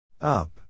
up